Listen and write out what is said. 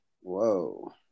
Whoa